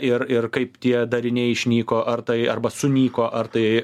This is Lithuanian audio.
ir ir kaip tie dariniai išnyko ar tai arba sunyko ar tai